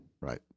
Right